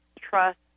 trust